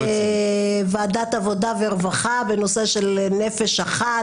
בוועדת העבודה והרווחה בנושא של "נפש אחת",